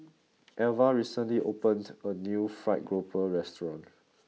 Alva recently opened a new Fried Grouper restaurant